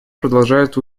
продолжает